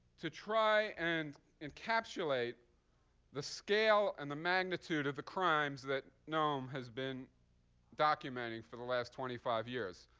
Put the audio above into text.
to try and encapsulate the scale and the magnitude of the crimes that noam has been documenting for the last twenty five years.